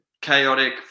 Chaotic